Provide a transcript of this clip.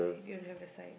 you don't have the sign